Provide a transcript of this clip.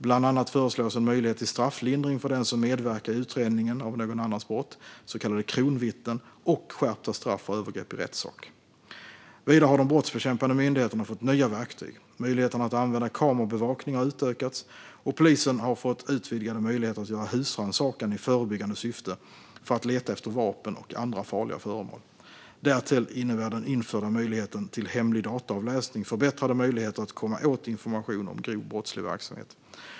Bland annat föreslås en möjlighet till strafflindring för den som medverkar i utredningen av någon annans brott - så kallade kronvittnen - och skärpta straff för övergrepp i rättssak. Vidare har de brottsbekämpande myndigheterna fått nya verktyg. Möjligheterna att använda kamerabevakning har utökats, och polisen har fått utvidgade möjligheter att göra husrannsakan i förebyggande syfte för att leta efter vapen och andra farliga föremål. Därtill innebär den införda möjligheten till hemlig dataavläsning förbättrade möjligheter att komma åt information om grov brottslig verksamhet.